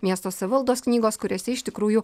miesto savivaldos knygos kuriose iš tikrųjų